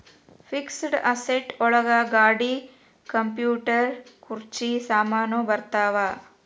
fixed asset ಒಳಗ ಗಾಡಿ computer ಕುರ್ಚಿ ಸಾಮಾನು ಬರತಾವ